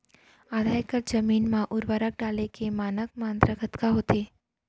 आधा एकड़ जमीन मा उर्वरक डाले के मानक मात्रा कतका होथे?